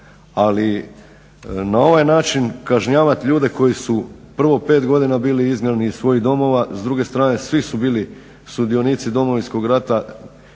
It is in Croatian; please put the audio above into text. ali na ovaj način kažnjavat ljude koji su prvo 5 godina bili izgnani iz svojih domova, s druge strane svi su bili sudionici Domovinskog rata.